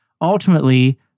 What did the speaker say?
Ultimately